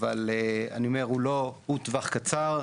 אבל אני אומר הוא טווח קצר.